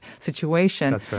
situation